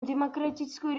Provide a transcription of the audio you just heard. демократическую